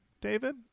David